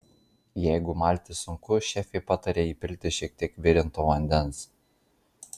jeigu malti sunku šefė pataria įpilti šie tiek virinto vandens